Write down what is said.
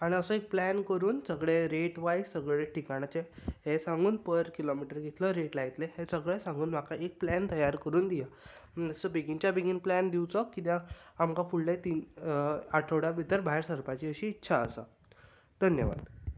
आनी असो एक प्लॅन करून सगळे रेट वायज सगळे रेटी ठिकाणाचें हें सांगून पर किलोमिटर कितलो रेट लायतलो हें सगळें सांगून म्हाका एक प्लॅन तयार करून दियात मात्सो बेगीनच्या बेगीन प्लॅन दिवचो कित्याक आमकां फुडले तीन आठवड्या भितर भायर सरपाचें अशी इच्छा आसा धन्यवाद